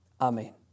Amen